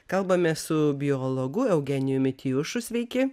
kalbamės su biologu eugenijumi tijušu sveiki